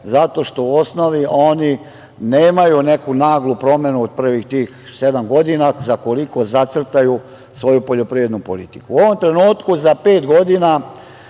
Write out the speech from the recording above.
zato što u osnovi oni nemaju neku naglu promenu od prvih sedam godina za koliko zacrtaju svoju poljoprivrednu politiku.U ovom trenutku za sedam godina